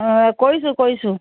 অ কৰিছোঁ কৰিছোঁ